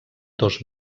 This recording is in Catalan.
dos